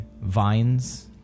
vines